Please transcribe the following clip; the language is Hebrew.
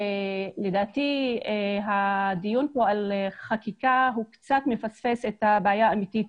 לדעתי הדיון כאן על חקיקה הוא קצת מפספס את הבעיה האמיתית